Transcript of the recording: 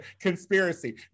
Conspiracy